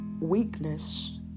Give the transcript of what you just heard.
weakness